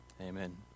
Amen